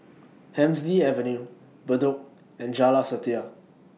Hemsley Avenue Bedok and Jalan Setia